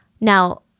Now